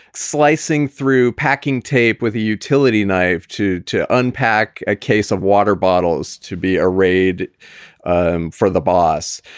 slicing through packing tape with a utility knife to to unpack a case of water bottles to be arrayed um for the boss.